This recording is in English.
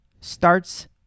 starts